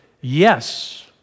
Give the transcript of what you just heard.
Yes